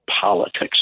politics